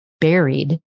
buried